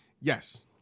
yes